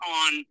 on